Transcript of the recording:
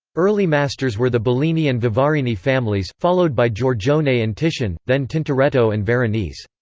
early masters were the bellini and vivarini families, followed by giorgione and titian, then tintoretto and veronese.